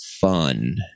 fun